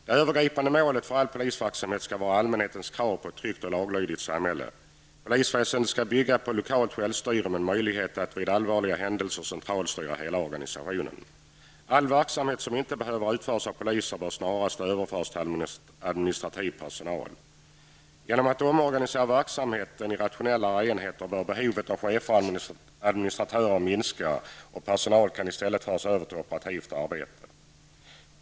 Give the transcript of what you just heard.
Det övergripande målet för all polisverksamhet skall vara allmänhetens krav på ett tryggt och laglydigt samhälle. Polisväsendet skall bygga på lokalt självstyre med möjlighet att vid allvarliga händelser centralstyra hela organisationen. Allt arbete som inte behöver utföras av polisen bör snarast överföras till administrativ personal. Genom att omorganisera verksamheten i rationellare enheter bör behovet av chefer och administratörer minska. Personal kan då i stället föras över till operativt arbete.